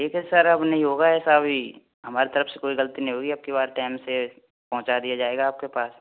ठीक है सर अब नहीं होगा ऐसा अभी हमारे तरफ से कोई गलती नहीं होगी अबकी बार टाइम से पहुँचा दिया जाएगा आपके पास